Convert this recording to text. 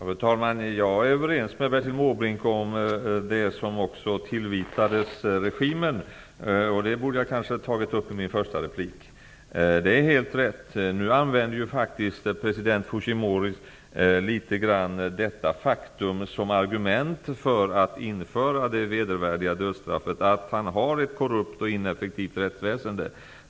Fru talman! Jag är överens med Bertil Måbrink också när det gäller det som tillvitades regimen. Det borde jag kanske ha tagit upp i min första replik. Det som sades är helt riktigt. Nu använder faktiskt president Fujimori det faktum att han har ett korrupt och ineffektivt rättsväsende som argument för att införa det vedervärdiga dödsstraffet.